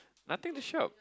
nothing to shop